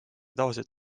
tavaliselt